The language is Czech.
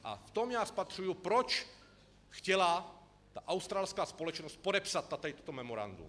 A v tom já spatřuji, proč chtěla ta australská společnost podepsat toto memorandum.